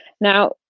now